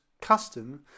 custom